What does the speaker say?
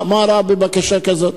מה רע בבקשה כזאת?